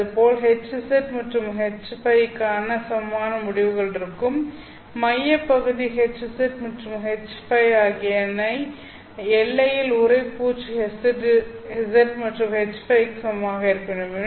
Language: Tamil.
இதேபோல் Hz மற்றும் Hϕ க்கும் சமமான முடிவுகள் இருக்கும் மையப்பகுதி Hz மற்றும் Hϕ ஆகியவை எல்லையில் உறை பூச்சு Hz மற்றும் Hϕ க்கு சமமாக இருக்க வேண்டும்